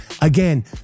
again